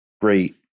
great